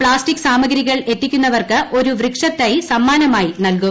plastic സാമഗ്രികൾ എത്തിക്കുന്നവർക്ക് വൃക്ഷത്തൈ സമ്മാനമായി നൽകും